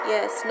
Yes